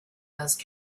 those